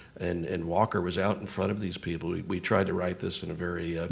and and walker was out in front of these people. we tried to write this in a very,